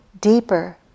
deeper